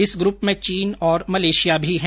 इसे ग्रुप में चीन और मलेशिया भी हैं